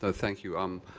ah thank you. um